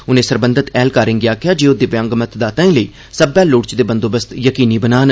उनें सरबंघत ऐह्लकारें गी आखेआ जे ओह् दिव्यांग मतदाताएं लेई सब्बै लोड़चदे बंदोबस्त यकीनी बनान